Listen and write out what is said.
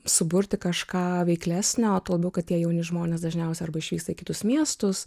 suburti kažką veiklesnio tuo labiau kad tie jauni žmonės dažniausia arba išvyks į kitus miestus